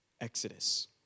Exodus